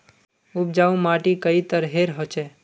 उपजाऊ माटी कई तरहेर होचए?